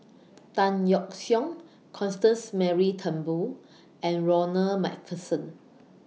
Tan Yeok Seong Constance Mary Turnbull and Ronald MacPherson